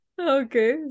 okay